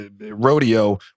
rodeo